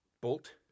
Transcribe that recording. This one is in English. bolt